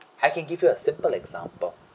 I can give you a simple example